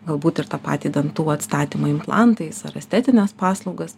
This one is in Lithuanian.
galbūt ir tą patį dantų atstatymą implantais ar estetines paslaugas